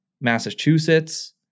Massachusetts